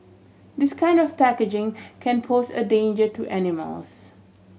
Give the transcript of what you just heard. this kind of packaging can pose a danger to animals